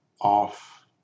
off